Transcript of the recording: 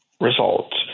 results